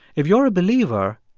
if you're a believer,